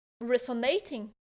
resonating